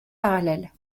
parallèle